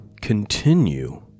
Continue